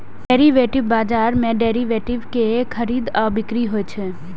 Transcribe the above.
derivative बाजार मे derivative के खरीद आ बिक्री होइ छै